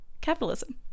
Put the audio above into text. Capitalism